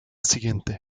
siguiente